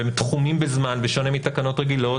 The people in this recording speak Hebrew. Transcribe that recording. והם תחומים בזמן בשונה מתקנות רגילות,